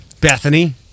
Bethany